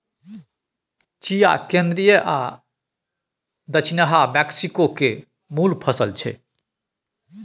चिया केंद्रीय आ दछिनाहा मैक्सिको केर मुल फसल छै